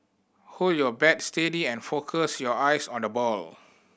hold your bat steady and focus your eyes on the ball